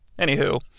Anywho